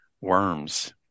worms